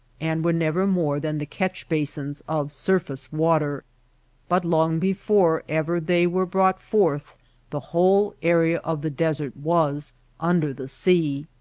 and were never more than the catch-basins of sur face water but long before ever they were brought forth the whole area of the desert was under the sea.